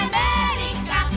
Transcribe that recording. America